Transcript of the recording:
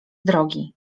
drogi